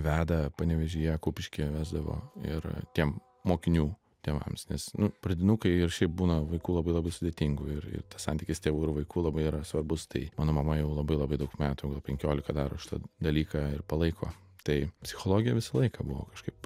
veda panevėžyje kupiškyje vesdavo ir tiem mokinių tėvams nes nu pradinukai ir šiaip būna vaikų labai labai sudėtingų ir ir tas santykis tėvų ir vaikų labai yra svarbus tai mano mama jau labai labai daug metų jau gal penkiolika daro šitą dalyką ir palaiko tai psichologija visą laiką buvo kažkaip